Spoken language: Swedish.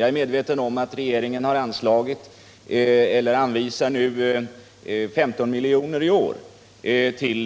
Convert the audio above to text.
Jag är medveten om att regeringen nu anvisar 15 milj.kr. i år till